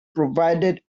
provided